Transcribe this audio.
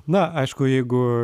na aišku jeigu